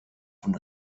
von